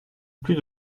plus